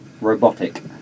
Robotic